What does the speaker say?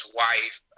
wife